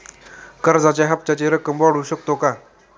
कर्जाच्या हप्त्याची रक्कम वाढवू शकतो का?